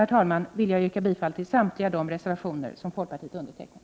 Med detta vill jag yrka bifall till samtliga de reservationer som folkpartiet har undertecknat.